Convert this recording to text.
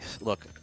Look